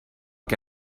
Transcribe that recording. que